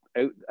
out